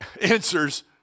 answers